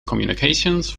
communications